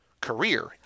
career